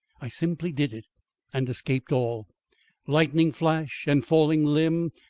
i simply did it and escaped all lightning-flash and falling limb,